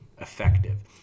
effective